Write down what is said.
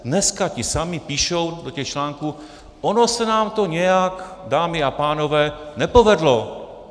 Dneska ti samí píšou do těch článků: Ono se nám to nějak, dámy a pánové, nepovedlo.